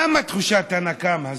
למה תחושת הנקם הזאת?